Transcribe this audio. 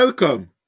Welcome